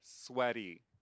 sweaty